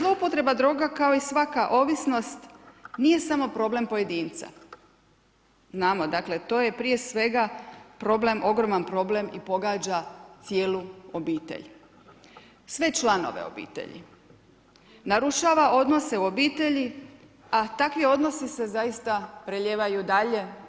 Zloupotreba droga kao i svaka ovisnost nije samo problem pojedinca, znamo dakle to je prije svega problem, ogroman problem i pogađa cijelu obitelj, sve članove obitelji. narušava odnose u obitelji, a takvi odnosi se zaista prelijevaju dalje.